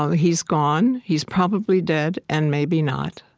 um he's gone, he's probably dead, and maybe not,